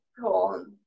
cool